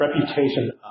reputation